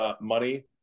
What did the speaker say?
money